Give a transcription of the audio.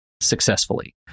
successfully